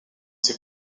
ses